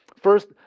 First